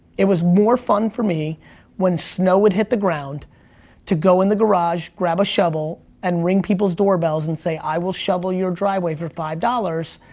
it was more fun for me when snow would hit the ground to go in the garage, grab a shovel and ring people's door bells and say i will shovel your driveway for five dollars,